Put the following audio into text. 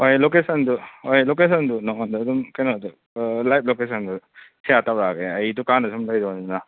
ꯍꯣꯏ ꯂꯣꯀꯦꯁꯟꯗꯨ ꯍꯣꯏ ꯂꯣꯀꯦꯁꯟꯗꯨ ꯅꯪꯉꯣꯟꯗ ꯑꯗꯨꯝ ꯀꯩꯅꯣꯗ ꯂꯥꯏꯚ ꯂꯣꯀꯦꯟꯗꯨ ꯁꯤꯌꯥꯔ ꯇꯧꯔꯛꯑꯒꯦ ꯑꯩ ꯗꯨꯀꯥꯟꯗ ꯁꯨꯝ ꯂꯩꯗꯧꯅꯤꯅ